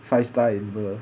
five star amber